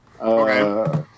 Okay